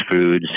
foods